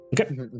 Okay